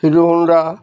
Hero Honda